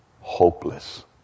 Hopeless